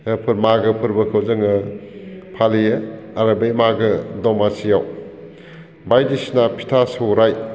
बेफोर मागोफोरबोफोरखौ जोङो फालियो आरो बे मागो दमासियाव बायदिसिना फिथा सौराय